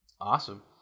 Awesome